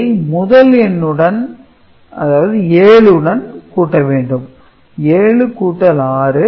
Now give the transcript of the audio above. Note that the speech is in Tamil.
இதை முதல் எண்ணுடன் 7 உடன் கூட்ட வேண்டும் 7 6 13